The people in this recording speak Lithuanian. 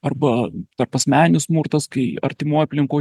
arba tarpasmeninis smurtas kai artimoj aplinkoj